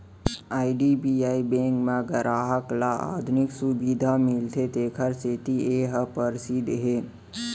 IDBI bank म गराहक ल आधुनिक सुबिधा मिलथे तेखर सेती ए ह परसिद्ध हे